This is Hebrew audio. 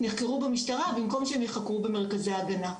נחקרו במשטרה במקום שהם ייחקרו במרכזי ההגנה.